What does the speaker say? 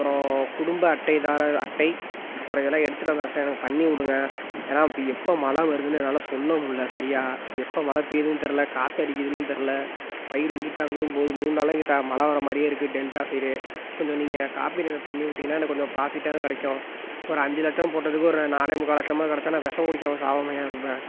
அப்புறம் குடும்ப அட்டைதாரர் அட்டை அப்புறம் இதெல்லாம் எடுத்துகிட்டு வந்துடறேன் சார் எனக்கு பண்ணி விடுங்க ஏன்னால் இப்போ எப்போ மழை வருதுன்னு என்னால் சொல்ல முட்லை சரியாக எப்போ மழை பெய்துன்னு தெர்லை காற்றடிக்கிதுன்னும் தெர்லை பயிர் இங்கிட்டு அங்குட்டும் போது மூணு நாளாக இங்கே த மழை வர்ற மாதிரியே இருக்குது டெல்டா சைடு கொஞ்சம் நீங்கள் காப்பீடு எனக்கு பண்ணி விட்டிங்கனா எனக்கு கொஞ்சம் ப்ராஃபிட்டாவது கிடைக்கும் ஒரு அஞ்சு லட்சம் போட்டதுக்கு ஒரு நாலே முக்கால் லட்சமாவது கிடச்சா நான் வெஷம் குடிக்காமல் சாகாம ஏன் இருப்பேன்